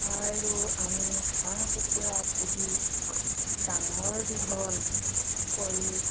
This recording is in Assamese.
আৰু আমি হাঁহ কুকুৰা পুহি ডাঙৰ দীঘল কৰি